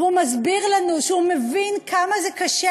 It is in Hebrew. והוא מסביר לנו שהוא מבין כמה זה קשה